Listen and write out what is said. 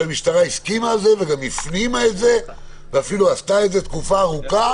המשטרה הסכימה לזה וגם הפנימה את זה ואפילו עשתה את זה תקופה ארוכה